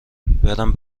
برم